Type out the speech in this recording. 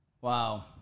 Wow